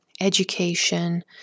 education